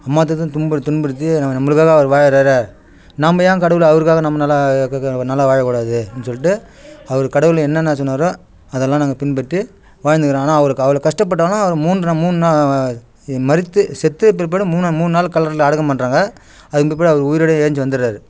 அம்மாதூரம் துன்புறு துன்புறுத்தி நம் நம்பளுக்காக அவர் வாழ்கிறாரு நாம் ஏன் கடவுள் அவருக்காக நம்மனால் நல்லா வாழக்கூடாது அப்படின்னு சொல்லிட்டு அவர் கடவுள் என்னென்ன சொன்னாரோ அதெல்லாம் நாங்கள் பின்பற்றி வாழ்ந்துக்கிறோம் ஆனால் அவருக்கு அவ்வளோ கஷ்டப்பட்டாலும் அவர் மூன்றாம் மூணு நா இ மரித்து செத்ததுக்குப்பிற்பாடு மூணாம் மூணு நாள் கல்லறையில் அடக்கம் பண்ணுறாங்க அதுக்கும் பிற்பாடு அவர் உயிரோடு ஏழ்ந்துருச்சு வந்துடுறாரு